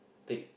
take